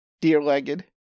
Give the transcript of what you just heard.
deer-legged